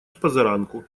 спозаранку